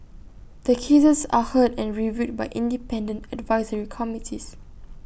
the cases are heard and reviewed by independent advisory committees